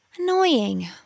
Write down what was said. Annoying